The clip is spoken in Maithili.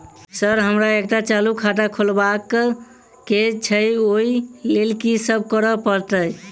सर हमरा एकटा चालू खाता खोलबाबह केँ छै ओई लेल की सब करऽ परतै?